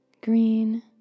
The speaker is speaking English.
green